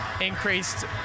increased